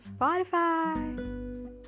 spotify